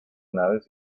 naves